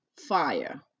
fire